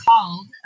called